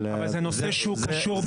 אבל זה נושא שהוא קשור.